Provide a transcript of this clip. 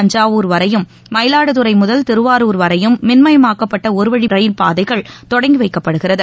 தஞ்சாவூர் வரையும் மயிலாடுதுறைமுதல் விழுப்புரம் திருவாரூர் வரையும் மின்மயமாக்கப்பட்டஒருவழிரயில்பாதைகள் தொடங்கிவைக்கப்படுகிறது